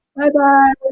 Bye-bye